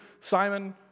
Simon